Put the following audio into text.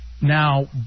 Now